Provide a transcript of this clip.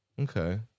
Okay